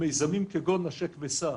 ממיזמים כגון "נשק וסע"